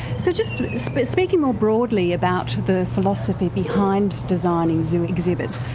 so just but speaking more broadly about the philosophy behind designing zoo exhibits,